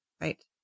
right